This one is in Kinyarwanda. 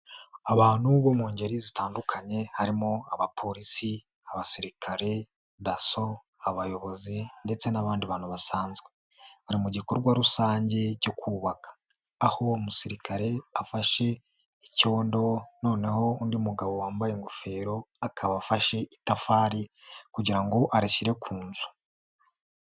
Abantu bo mu ngeri zitandukanye harimo: abapolisi, abasirikare, daso, abayobozi ndetse n'abandi bantu basanzwe bari mu gikorwa rusange cyo kubaka, aho uwo musirikare afashe icyondo noneho undi mugabo wambaye ingofero akaba afashe itafari kugira ngo arishyire ku nzu.